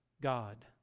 God